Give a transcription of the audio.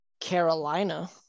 Carolina